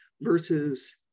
versus